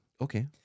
Okay